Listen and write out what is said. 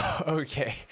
okay